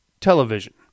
Television